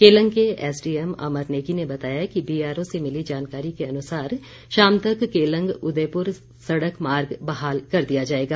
केलंग के एसडीएम अमर नेगी ने बताया कि बीआरओ से मिली जानकारी के अनुसार शाम तक केलंग उदयपुर सड़क मार्ग बहाल कर दिया जाएगा